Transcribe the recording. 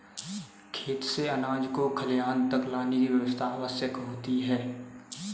खेत से अनाज को खलिहान तक लाने की व्यवस्था आवश्यक होती है